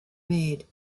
made